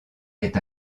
est